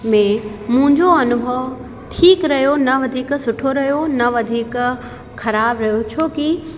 में मुंहिंजो अनुभव ठीकु रहियो न वधीक सुठो रहियो न वधीक ख़राबु रहियो छोकी